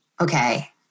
okay